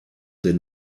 den